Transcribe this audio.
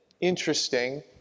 interesting